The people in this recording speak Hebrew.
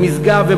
במשגב,